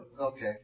Okay